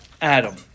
Adam